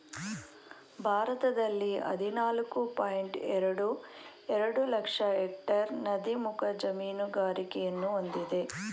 ಭಾರತದಲ್ಲಿ ಹದಿನಾಲ್ಕು ಪಾಯಿಂಟ್ ಎರಡು ಎರಡು ಲಕ್ಷ ಎಕ್ಟೇರ್ ನದಿ ಮುಖಜ ಮೀನುಗಾರಿಕೆಯನ್ನು ಹೊಂದಿದೆ